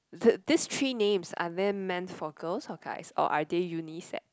the this three names are they meant for girls or guys or are they unisex